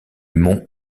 mont